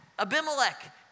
Abimelech